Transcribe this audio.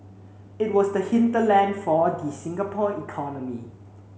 it was the hinterland for the Singapore economy